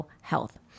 health